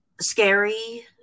scary